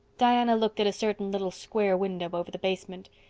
diana looked at a certain little square window over the basement.